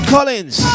Collins